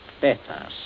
better